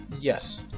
Yes